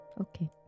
Okay